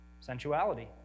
Sensuality